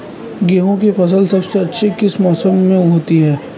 गेंहू की फसल सबसे अच्छी किस मौसम में होती है?